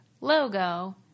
logo